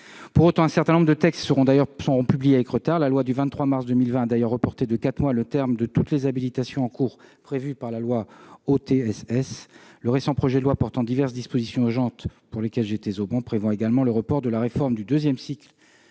Pour autant, un certain nombre de textes seront publiés avec retard. La loi du 23 mars 2020 a d'ailleurs reporté de quatre mois le terme de toutes les habitations en cours prévues par la loi OTSS. Le récent projet de loi portant diverses dispositions urgentes prévoit également le report de la réforme du deuxième cycle